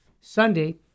Sunday